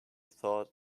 thought